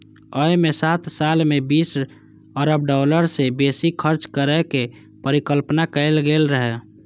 अय मे सात साल मे बीस अरब डॉलर सं बेसी खर्च करै के परिकल्पना कैल गेल रहै